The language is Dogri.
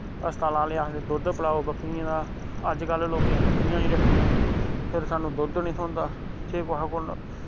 हस्पताल आह्ले आखदे दुध्द पलाओ बकरियें दा अज्ज कल लोकें बकरियां ना रक्खी दियां फिर स्हानू दुध्द नी थ्होंदा जे कुसै कोल